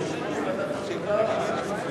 שני מתנגדים, אחד נמנע.